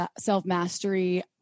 self-mastery